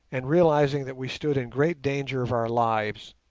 and realizing that we stood in great danger of our lives,